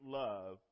love